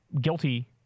guilty